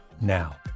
now